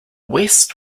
west